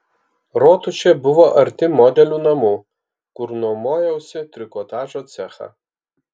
rotušė buvo arti modelių namų kur nuomojausi trikotažo cechą